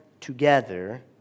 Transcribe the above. together